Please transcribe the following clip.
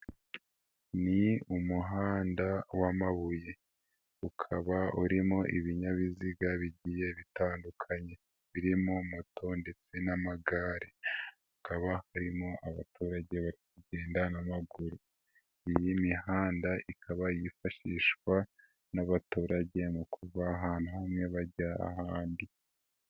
Ni umuhanda w'amabuye, ukaba urimo ibinyabiziga bigiye bitandukanye, birimo moto ndetse n'amagare, hakaba harimo abaturage bari kugenda n'amaguru, iyi mihanda ikaba yifashishwa n'abaturage mu kuva ahantu hamwe bajya ahandi.